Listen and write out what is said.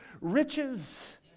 riches